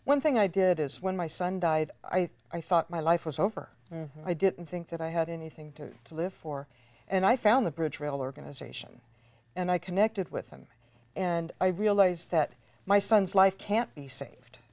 one thing i did is when my son died i thought i thought my life was over i didn't think that i had anything to live for and i found the bridgeville organization and i connected with them and i realized that my son's life can't be saved